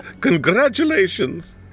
Congratulations